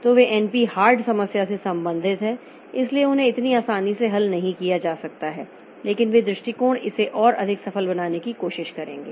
तो वे NP hard समस्या से संबंधित हैं इसलिए उन्हें इतनी आसानी से हल नहीं किया जा सकता है लेकिन वे दृष्टिकोण इसे और अधिक सफल बनाने की कोशिश करेंगे